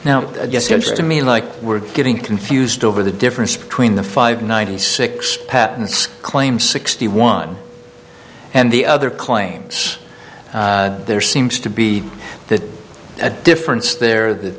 to me like we're getting confused over the difference between the five ninety six patents claim sixty one and the other claims there seems to be that a difference there that